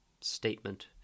statement